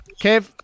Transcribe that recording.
Kev